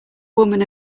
woman